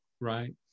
Right